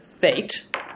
Fate